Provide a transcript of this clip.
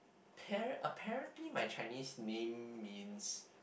apparent apparently my Chinese name means